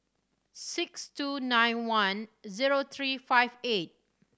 six two nine one zero three five eight